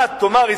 מה תאמר,